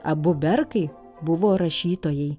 abu berkai buvo rašytojai